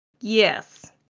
Yes